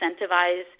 incentivize